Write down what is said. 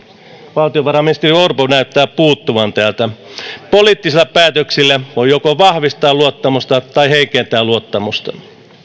valtiovarainministeri orpo joka näyttää puuttuvan täältä poliittisilla päätöksillä voi joko vahvistaa luottamusta tai heikentää luottamusta